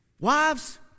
wives